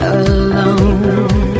alone